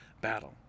battle